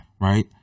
Right